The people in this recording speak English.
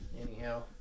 Anyhow